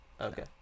Okay